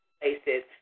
places